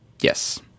yes